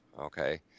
okay